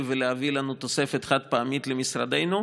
ולהביא לנו תוספת חד-פעמית למשרדנו,